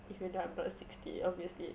if you know I'm not sixty obviously